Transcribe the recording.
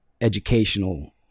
educational